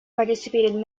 participated